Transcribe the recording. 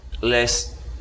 less